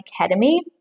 academy